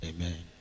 Amen